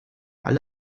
alle